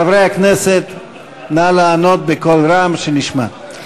חברי הכנסת, נא לענות בקול רם, שנשמע.